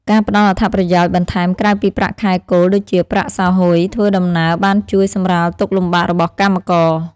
ការផ្តល់អត្ថប្រយោជន៍បន្ថែមក្រៅពីប្រាក់ខែគោលដូចជាប្រាក់សោហ៊ុយធ្វើដំណើរបានជួយសម្រាលទុក្ខលំបាករបស់កម្មករ។